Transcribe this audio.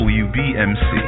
wbmc